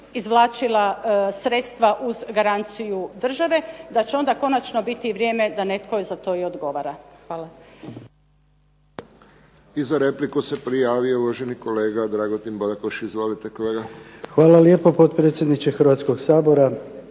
izvlačila sredstva uz garanciju države, da će onda konačno biti vrijeme da netko za to i odgovara. Hvala. **Friščić, Josip (HSS)** I za repliku se prijavio uvaženi kolega Dragutin Bodakoš. Izvolite, kolega. **Bodakoš, Dragutin (SDP)** Hvala lijepo, potpredsjedniče Hrvatskoga sabora.